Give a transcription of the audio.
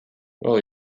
will